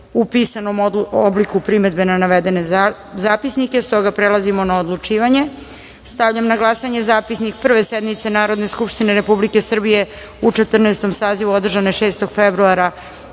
u pisanom obliku primedbe na navedene zapisnike. Stoga, prelazimo na odlučivanje. Stavljam na glasanje zapisnik Prve sednice Narodne skupštine Republike Srbije u Četrnaestom sazivu, održane 6. februara